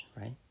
right